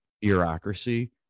bureaucracy